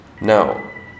Now